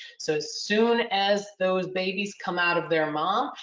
so as soon as those babies come out of their mom,